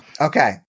Okay